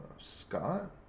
Scott